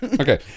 Okay